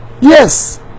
Yes